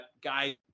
guys